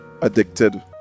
addicted